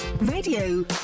Radio